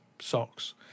socks